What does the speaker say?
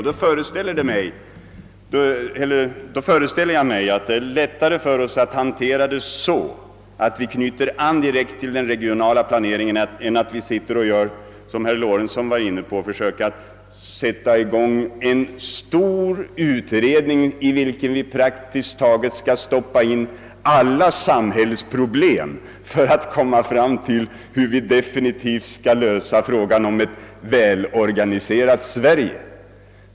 Jag föreställer mig då att det är lättare för oss att hantera saken så, att vi knyter an till den regionala planeringen än att vi som herr Lorentzon var inne på försöker sätta i gång en stor utredning, i vilken vi praktiskt taget skall stoppa in alla samhällsproblem för att komma fram till hur vi definitivt skall lösa frågan om ett välorganiserat Sverige.